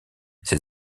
ses